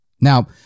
Now